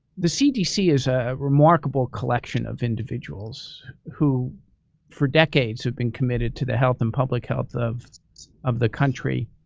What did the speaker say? the cdc is a remarkable collection of individuals who for decades have been committed to the health and public health of of the country.